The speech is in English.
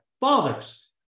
Fathers